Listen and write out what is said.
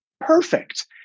Perfect